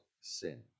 sin